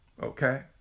Okay